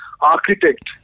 Architect